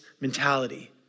mentality